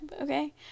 okay